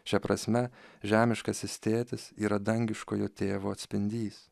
šia prasme žemiškasis tėtis yra dangiškojo tėvo atspindys